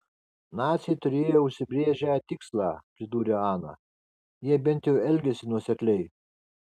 naciai turėjo užsibrėžę tikslą pridūrė ana jie bent jau elgėsi nuosekliai